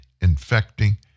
infecting